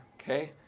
okay